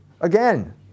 Again